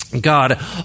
god